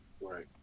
Right